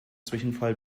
zwischenfall